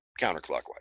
counterclockwise